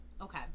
Okay